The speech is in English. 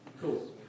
Cool